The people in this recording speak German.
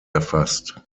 erfasst